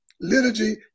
liturgy